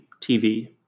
TV